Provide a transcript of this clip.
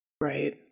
Right